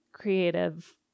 creative